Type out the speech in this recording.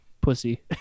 pussy